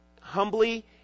humbly